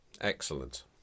Excellent